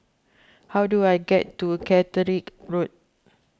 how do I get to Catterick Road